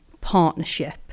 partnership